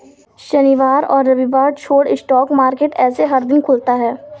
शनिवार और रविवार छोड़ स्टॉक मार्केट ऐसे हर दिन खुलता है